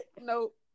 Nope